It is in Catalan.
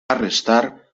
restar